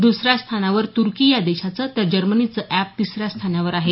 दुसऱ्या स्थानावर तुर्की या देशाचं तर जर्मनीचं अॅप तिसऱ्या स्थानावर आहे